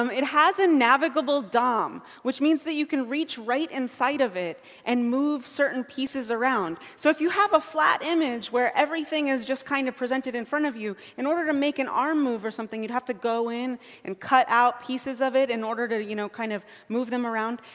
um it has a navigable dom. which means that you can reach right inside of it and move certain pieces around. so if you have a flat image where everything is just kind of presented in front of you, in order to make an arm move or something, you would have to go in and cut out pieces of it, in order to you know kind of move them around.